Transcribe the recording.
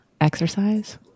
exercise